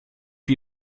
wie